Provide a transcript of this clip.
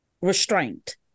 restraint